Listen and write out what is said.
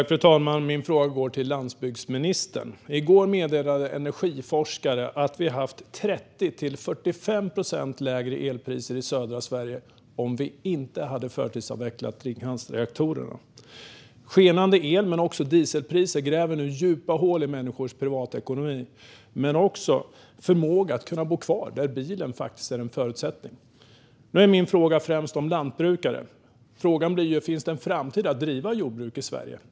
Fru talman! Min fråga går till landsbygdsministern. I går meddelade energiforskare att vi skulle ha haft 30 till 45 procent lägre elpriser i södra Sverige om vi inte hade förtidsavvecklat Ringhalsreaktorerna. Skenande el och dieselpriser gräver nu djupa hål i människors privatekonomi, men också i deras förmåga att bo kvar där bilen faktiskt är en förutsättning. Nu gäller min fråga främst lantbrukare: Finns det en framtid för att driva jordbruk i Sverige?